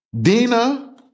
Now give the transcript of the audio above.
Dina